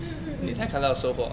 mm mm mm